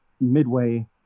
midway